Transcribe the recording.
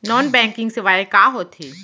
non banking सेवाएं का होथे